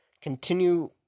Continue